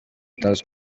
batazwi